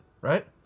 right